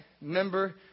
member